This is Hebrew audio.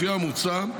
לפי המוצע,